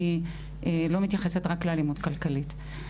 אני לא מתייחסת רק לאלימות כלכלית.